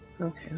Okay